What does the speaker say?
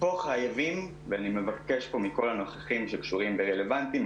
פה חייבים ואני מבקש מכל הנוכחים שקשורים ורלוונטיים,